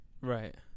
Right